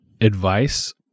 advice